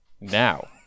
now